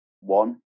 one